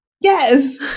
yes